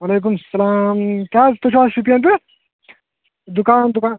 وعلیکُم اسَلام کیاہ حظ تُہۍ چھو حظ شُپین پٮ۪ٹھ دُکان دُکان